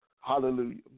Hallelujah